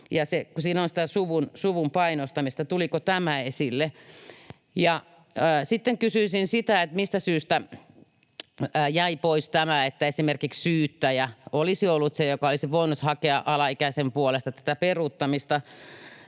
siinä on sitä suvun painostamista. Tuliko tämä esille? Sitten kysyisin, mistä syystä jäi pois tämä, että esimerkiksi syyttäjä olisi ollut se, joka olisi voinut hakea alaikäisen puolesta tätä peruuttamista.